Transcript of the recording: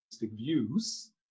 views